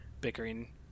bickering